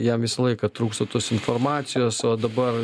jam visą laiką trūksta tos informacijos o dabar